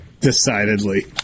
decidedly